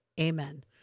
Amen